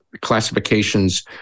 classifications